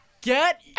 get